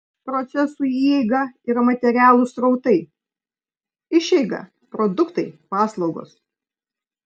procesų įeiga yra materialūs srautai išeiga produktai paslaugos